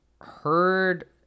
heard